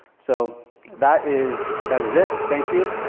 so that is that is it. thank you.